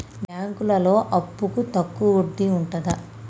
బ్యాంకులలో అప్పుకు తక్కువ వడ్డీ ఉంటదా?